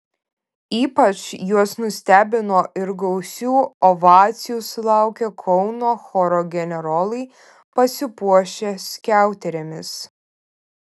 ypač juos nustebino ir gausių ovacijų sulaukė kauno choro generolai pasipuošę skiauterėmis